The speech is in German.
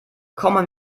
kommen